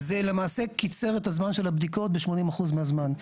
זה למעשה קיצר את הזמן של הבדיקות ב-80 אחוז מהזמן.